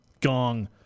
gong